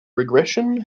regression